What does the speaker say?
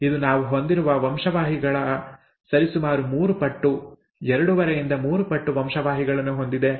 ಇದು ನಾವು ಹೊಂದಿರುವ ವಂಶವಾಹಿಗಳ ಸರಿಸುಮಾರು 3 ಪಟ್ಟು ಎರಡೂವರೆಯಿಂದ 3 ಪಟ್ಟು ವಂಶವಾಹಿಗಳನ್ನು ಹೊಂದಿದೆ